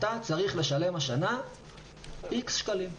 אתה צריך לשלם השנה X שקלים,